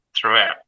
throughout